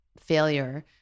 failure